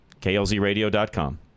klzradio.com